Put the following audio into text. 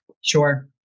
sure